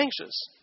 anxious